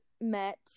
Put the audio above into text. met